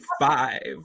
five